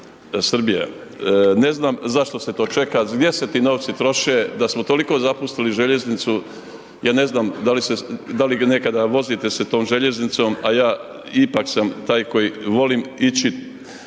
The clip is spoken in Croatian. Ne znam zašto se to čeka, gdje se ti novci troše, da smo toliko zapustili željeznicu, ja ne znam, da li nekada vozite se tom željeznicom, a ja ipak sam taj koji volim ići.